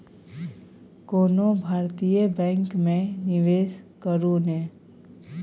कोनो भारतीय बैंक मे निवेश करू ने